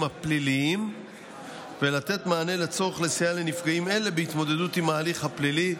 הפליליים ולתת מענה לצורך לסייע לנפגעים אלה בהתמודדות עם ההליך הפלילי,